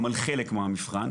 גם על חלק מהמבחן.